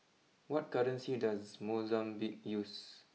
what currency does Mozambique use